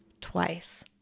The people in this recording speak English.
twice